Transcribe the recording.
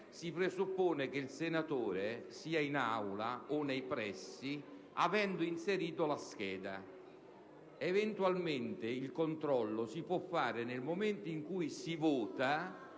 si presuppone che il collega sia in Aula o nei pressi avendo inserito la scheda. Eventualmente il controllo si può fare nel momento in cui si vota